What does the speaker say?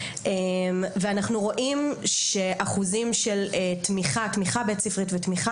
ואנחנו רואים שאחוזים של תמיכה בית ספרית ותמיכה